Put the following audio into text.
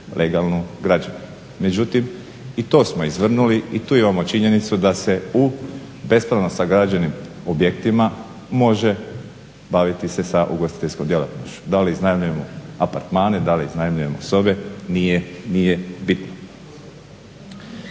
legalnu građevinu. Međutim, i to smo izvrnuli i tu imamo činjenicu da se u bespravno sagrađenim objektima može baviti se sa ugostiteljskom djelatnošću. Da li iznajmljujemo apartmane, da li iznajmljujemo sobe nije bitno.